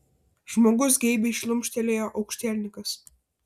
žmogus geibiai šlumštelėjo aukštielninkas